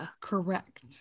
Correct